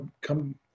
come